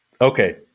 okay